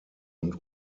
und